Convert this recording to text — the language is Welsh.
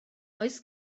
oes